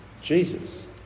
Jesus